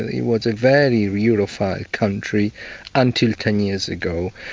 it was a very ah europhile country until ten years ago.